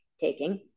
taking